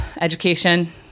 education